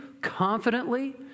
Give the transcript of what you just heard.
confidently